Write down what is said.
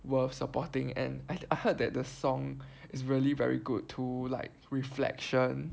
worth supporting and I I heard that the song is really very good too like Reflection